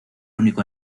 único